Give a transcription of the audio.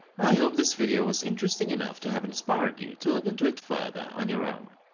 i hope this video was interesting enough to have inspired you to look into it further, on your own.